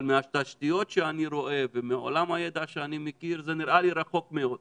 אבל מהתשתיות שאני רואה ומעולם הידע שאני מכיר זה נראה לי רחוק מאוד.